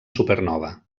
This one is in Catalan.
supernova